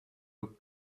look